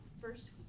first